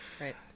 Right